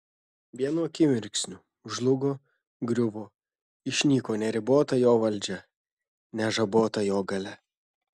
vienu akimirksniu žlugo griuvo išnyko neribota jo valdžia nežabota jo galia